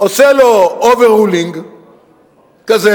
עושה לו overruling כזה,